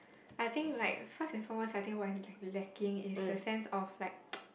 I think like first and foremost I think what is like lacking is the sense of like